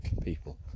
people